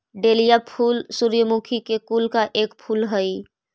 dahlia फूल सूर्यमुखी के कुल का एक फूल हई